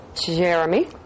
Jeremy